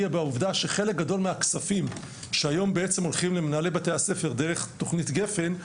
עובדה שחלק גדול מהכספים שהולכים היום למנהלי בתי הספר דרך תכנית גפ"ן,